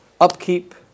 upkeep